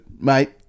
mate